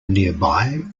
nearby